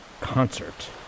Concert